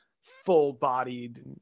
Full-bodied